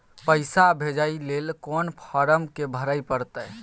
पैसा भेजय लेल कोन फारम के भरय परतै?